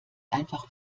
einfach